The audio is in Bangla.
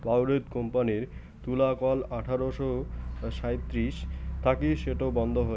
বাউরিথ কোম্পানির তুলাকল আঠারশো সাঁইত্রিশ থাকি সেটো বন্ধ হই